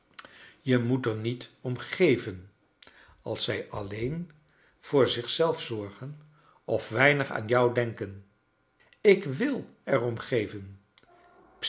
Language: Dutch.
je moet er niet om geven als zij alleen voor zich zelf zorgen of weinig aan jou denken ik w i er